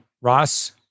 Ross